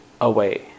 away